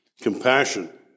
compassion